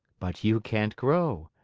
but you can't grow,